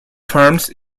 farms